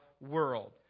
world